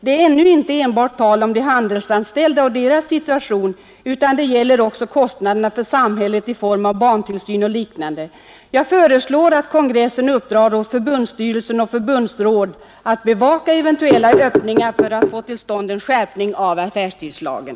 Det är nu inte enbart tal om de handelsanställda och deras situation utan det gäller också kostnaderna för samhället i form av barntillsyn och liknande. Jag föreslår att kongressen uppdrar åt förbundsstyrelse och förbundsråd att bevaka eventuella öppningar för att få till stånd en skärpning av affärstidslagen.”